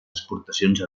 exportacions